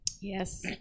Yes